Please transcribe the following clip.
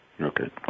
okay